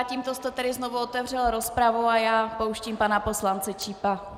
Tímto jste tedy znovu otevřel rozpravu a já pouštím pana poslance Čípa.